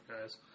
guys